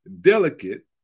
delicate